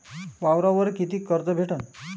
वावरावर कितीक कर्ज भेटन?